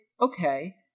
okay